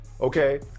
okay